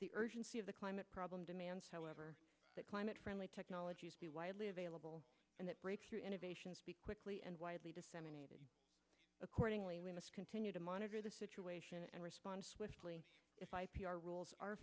the urgency of the climate problem demands however that climate friendly technologies be widely available and that breakthrough innovations be quickly and widely disseminated accordingly we must continue to monitor the situation and respond if i p r rules are